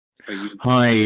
Hi